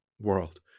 world